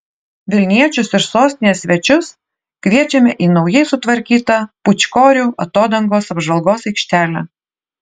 vilniečius ir sostinės svečius kviečiame į naujai sutvarkytą pūčkorių atodangos apžvalgos aikštelę